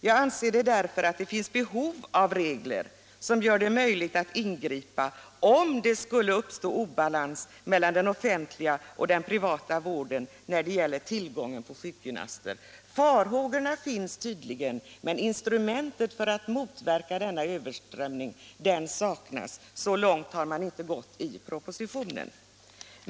Jag anser därför att det finns behov av regler som gör det möjligt att ingripa om det skulle uppstå obalans mellan den offentliga och den privata vården när det gäller tillgången på sjukgymnaster.” Farhågorna finns tydligen, men instrumentet för att motverka denna överströmning saknas; så långt har man inte gått i propositionen.